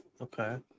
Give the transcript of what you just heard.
Okay